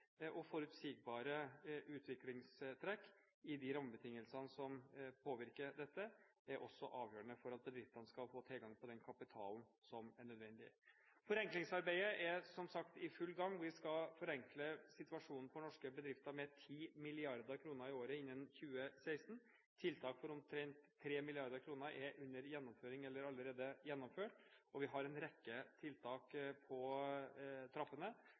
og forutsigbare utviklingstrekk i de rammebetingelsene som påvirker dette, er også avgjørende for at bedriftene skal få tilgang til den kapitalen som er nødvendig. Forenklingsarbeidet er som sagt i full gang. Vi skal forenkle situasjonen for norske bedrifter med 10 mrd. kr i året innen 2016. Tiltak for omtrent 3 mrd. kr er under gjennomføring eller allerede gjennomført. Og vi har en rekke tiltak på trappene